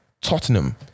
Tottenham